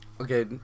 Okay